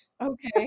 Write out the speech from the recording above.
Okay